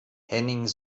henning